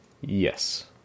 Yes